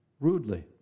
rudely